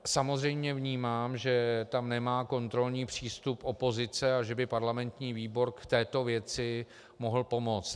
Samozřejmě vnímám, že tam nemá kontrolní přístup opozice a že by parlamentní výbor k této věci mohl pomoct.